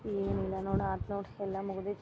ಏನಿಲ್ಲ ನೋಡಿ ಆತು ನೋಡಿ ಎಲ್ಲಾ ಮುಗದೈತಿ